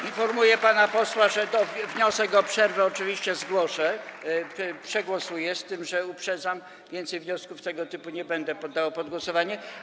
Informuję pana posła, że wniosek o przerwę oczywiście przegłosuję, z tym że uprzedzam, więcej wniosków tego typu nie będę poddawał pod głosowanie.